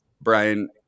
Brian